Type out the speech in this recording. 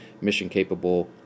mission-capable